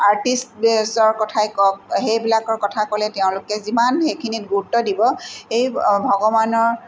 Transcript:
artist কথাই কওক সেইবিলাকৰ কথা ক'লে তেওঁলোকে যিমান সেইখিনিত গুৰুত্ব দিব সেই ভগৱানৰ